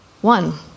one